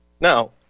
Now